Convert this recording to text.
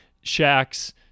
shacks